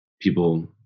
people